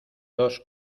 dos